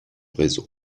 réseau